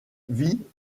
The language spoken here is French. vit